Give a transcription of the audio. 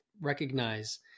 recognize